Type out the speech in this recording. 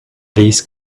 these